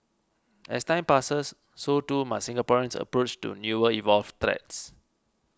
as time passes so too must Singapore's approach to newer evolved threats